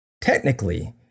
technically